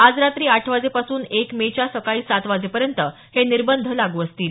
आज रात्री आठ वाजेपासून एक मे च्या सकाळी सात वाजेपर्यंत हे निर्बंध लागू असतील